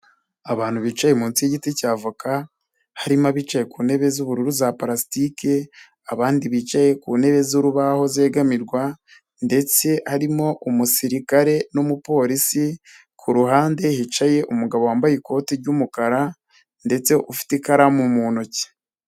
Abantu bicaye munsi y'igiti cya voka, harimo abicaye ku ntebe z'ubururu za parasitike, abandi bicaye ku ntebe z'urubaho zegamirwa, ndetse harimo umusirikare n'umupolisi, ku ruhande hicaye umugabo wambaye ikoti ry'umukara, ndetse ufite ikaramu mu ntoki.